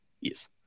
Yes